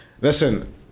Listen